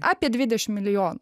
apie dvidešim milijonų